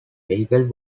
vehicle